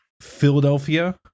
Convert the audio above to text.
Philadelphia